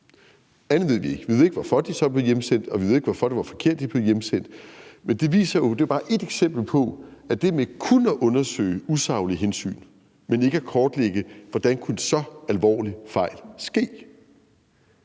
Andet ved vi ikke. Vi ved ikke hvorfor, de så blev hjemsendt, og vi ved ikke, hvorfor det var forkert, at de blev hjemsendt. Men det er bare ét eksempel på det med kun at undersøge usaglige hensyn, men ikke at kortlægge, hvordan så alvorlige fejl